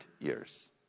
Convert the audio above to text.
years